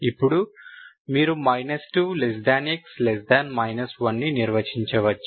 ఇప్పుడు మీరు 2 x 1 ని నిర్వచించవచ్చు